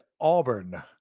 Auburn